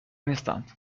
نیستند